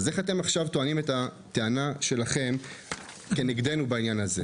אז איך עכשיו הטיעון הזה מובא נגדנו בעניין הזה?